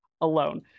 alone